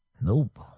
Nope